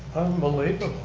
unbelievable.